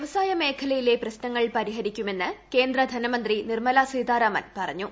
വ്യവസായ മേഖലയിലെ പ്രശ്നങ്ങൾ പരിഹരിക്കുമെന്ന് കേന്ദ്ര ധനമന്ത്രി നിർമ്മല സീതാരാമൻ പറഞ്ഞു